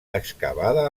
excavada